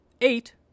Eight